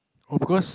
oh because